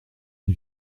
une